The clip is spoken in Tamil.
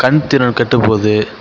கண் திறன் கெட்டுப்போகுது